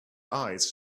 eyes